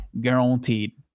guaranteed